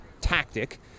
tactic